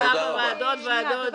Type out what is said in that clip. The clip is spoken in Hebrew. כן, גם הסבא והדוד והדודה.